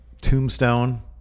tombstone